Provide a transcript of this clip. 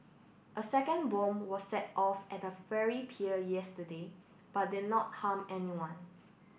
a second bomb were set off at a ferry pier yesterday but did not harm anyone